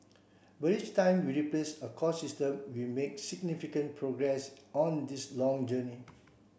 but each time we replace a core system we make significant progress on this long journey